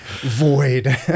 void